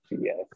yes